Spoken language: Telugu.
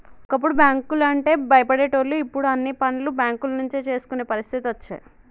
ఒకప్పుడు బ్యాంకు లంటే భయపడేటోళ్లు ఇప్పుడు అన్ని పనులు బేంకుల నుంచే చేసుకునే పరిస్థితి అచ్చే